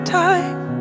time